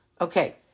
Okay